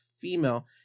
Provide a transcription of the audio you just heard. female